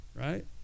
right